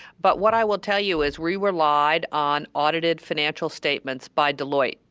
but what i will tell you is we relied on audited financial statements by deloitte,